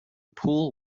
pool